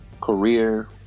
career